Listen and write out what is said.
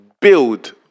build